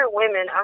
women